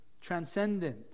transcendent